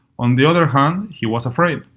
on the other hand he was afraid.